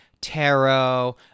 tarot